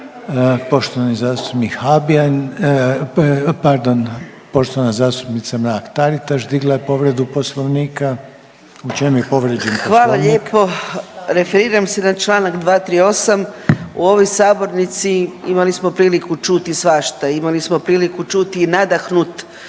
poštovana zastupnica Mrak TAritaš digla je povredu poslovnika. U čem je povrijeđen poslovnik? **Mrak-Taritaš, Anka (GLAS)** Hvala lijepo. Referiram se na čl. 238. u ovoj sabornici imali smo priliku čuti svašta, imali smo priliku čuti i nadahnut